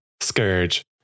Scourge